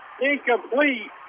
Incomplete